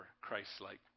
Christ-like